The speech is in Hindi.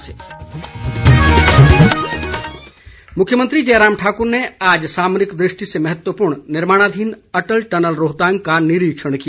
मुख्यमंत्री मुख्यमंत्री जयराम ठाकुर ने आज सामरिक दृष्टि से महत्वपूर्ण निर्माणाधीन अटल टनल रोहतांग का निरीक्षण किया